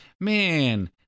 man